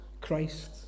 Christ